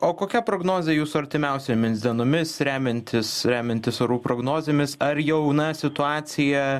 o kokia prognozė jūsų artimiausiomis dienomis remiantis remiantis orų prognozėmis ar jau na situacija